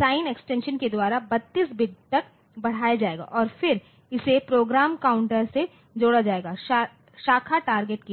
sign extension के द्वारा 32 बिट्स तक बढ़ाया जाएगा और फिर इसे प्रोग्राम काउंटरसे जोड़ा जाएगा शाखा टारगेट के लिए